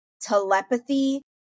telepathy